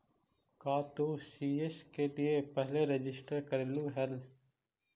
का तू सी.एस के लिए पहले रजिस्टर करलू हल